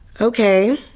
okay